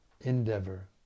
endeavor